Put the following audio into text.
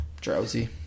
Drowsy